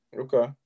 Okay